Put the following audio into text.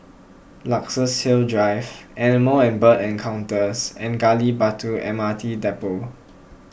Luxus Hill Drive Animal and Bird Encounters and Gali Batu M R T Depot